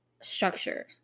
structure